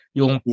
yung